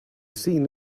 scene